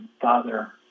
father